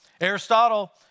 Aristotle